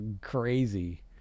crazy